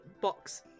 box